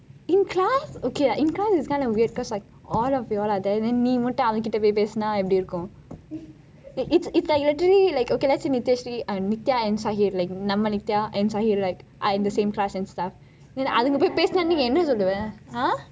in class okay lah in class is kind of weird because like all of you all are there and then நீ மட்டும் அவன் கிட்டே பேசினால் எப்படி இருக்கும்:ni mattum avan kittei pesinaal eppadi irukkum it's it's like literally like okay let's say nityashree I am nithya and shahir like நம்ம:namma nithya and shahir are in the same class and stuff அதுங்க:athunka !huh!